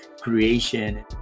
creation